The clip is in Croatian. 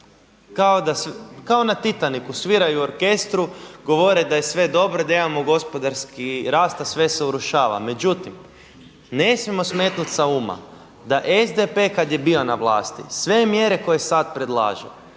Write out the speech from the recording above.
kao na Titaniku, sviraju u orkestru, govore da je sve dobro i da imamo gospodarski rast a sve se urušava. Međutim, ne smijemo smetnuti sa uma da SDP kada je bio na vlasti, sve mjere koje sad predlaže